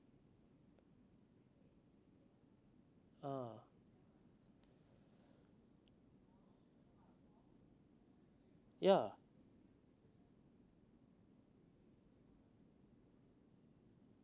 ah ya